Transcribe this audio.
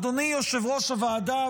אדוני יושב-ראש הוועדה,